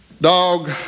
dog